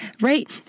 right